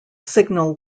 signal